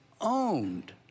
owned